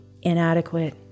inadequate